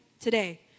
today